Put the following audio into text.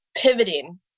Pivoting